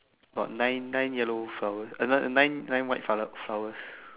got nine nine yellow flowers uh nine nine white colored flowers